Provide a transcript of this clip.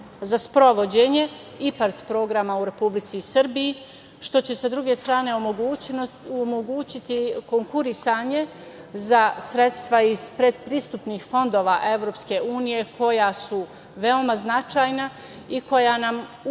za sprovođenje IPARD programa u Republici Srbiji, što će sa druge strane omogućiti konkurisanje za sredstva iz pretpristupnih fondova Evropske unije koja su veoma značajna i koja nam u